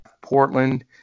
Portland